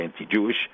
anti-Jewish